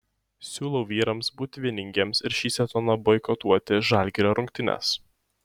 siūlau vyrams būti vieningiems ir šį sezoną boikotuoti žalgirio rungtynes